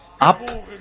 up